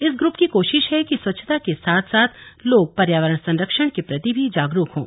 इस ग्रुप की कोशिश है कि स्वच्छता के साथ साथ लोग पर्यावरण संरक्षण के प्रति भी जागरूक हों